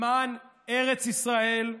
למען ארץ ישראל,